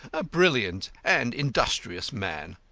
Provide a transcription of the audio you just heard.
a brilliant and industrious man.